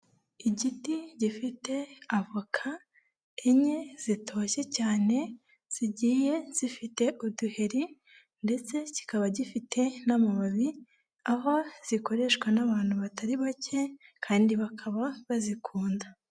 Igiti gifite avoka enye zitoshye cyane, zigiye zifite uduheri ndetse kikaba gifite n'amababi, aho zikoreshwa n'abantu batari bake kandi bakaba bazikunda.